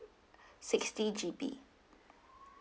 sixty G_B